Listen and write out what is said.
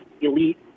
elite